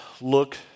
look